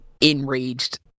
enraged